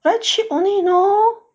very cheap only you know